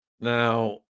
Now